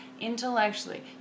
intellectually